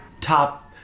top